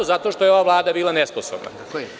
Zato što je ova vlada bila nesposobna.